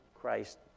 Christ